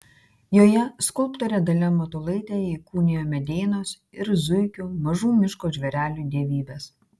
joje skulptorė dalia matulaitė įkūnijo medeinos ir zuikių mažų miško žvėrelių dievybes